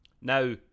Now